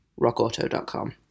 rockauto.com